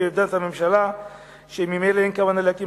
עמדת הממשלה היא שממילא אין כוונה להקים